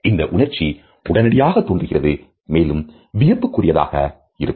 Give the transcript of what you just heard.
எனவே இந்த உணர்ச்சி உடனடியாக தோன்றுகிறது மேலும் வியப்புக்குரியதாக இருக்கும்